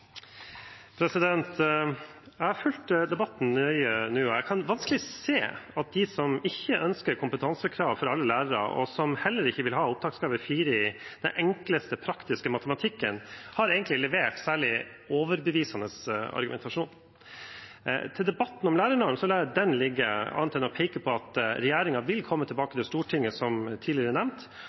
mest. Jeg har fulgt debatten nøye, og jeg kan vanskelig se at de som ikke ønsker kompetansekrav for alle lærere, og som heller ikke vil ha opptakskravet 4 i den enkleste, praktiske matematikken, egentlig har levert særlig overbevisende argumentasjon. Debatten om lærernorm lar jeg ligge, annet enn å peke på at regjeringen vil komme tilbake til Stortinget, som tidligere nevnt.